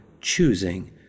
choosing